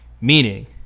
Meaning